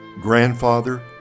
grandfather